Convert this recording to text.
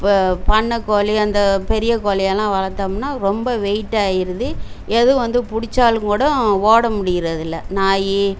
பண்ணை கோழி அந்த பெரிய கோழியெல்லாம் வளர்த்தம்னா ரொம்ப வெயிட்டாயிடுது எது வந்து பிடிச்சாலும் கூடம் ஓட முடியறதில்ல நாய்